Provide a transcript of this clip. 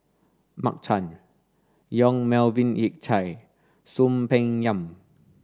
Mark Chan Yong Melvin Yik Chye Soon Peng Yam